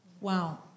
Wow